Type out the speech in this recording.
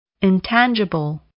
Intangible